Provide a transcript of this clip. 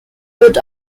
wird